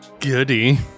Goody